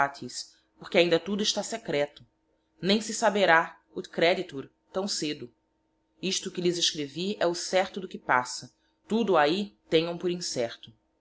porque ainda tudo está secreto nem se saberá ut creditur taõ cedo isto que lhes escrevi he o certo do que passa tudo o ai tenhaõ por incerto